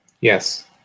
Yes